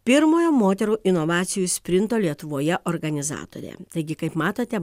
pirmojo moterų inovacijų sprinto lietuvoje organizatorė taigi kaip matote